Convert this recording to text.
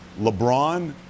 LeBron